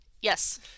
Yes